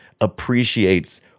appreciates